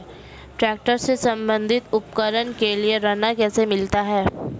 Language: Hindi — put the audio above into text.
ट्रैक्टर से संबंधित उपकरण के लिए ऋण कैसे मिलता है?